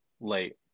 late